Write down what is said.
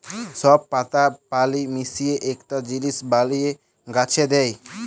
সব পাতা পালি মিলিয়ে একটা জিলিস বলিয়ে গাছে দেয়